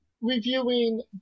Reviewing